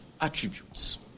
attributes